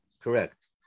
Correct